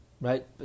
right